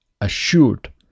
assured